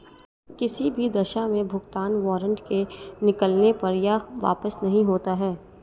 किसी भी दशा में भुगतान वारन्ट के निकलने पर यह वापस नहीं होता है